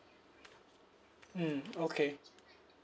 mm okay